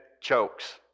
chokes